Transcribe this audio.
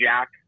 jack